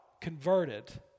converted